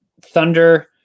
Thunder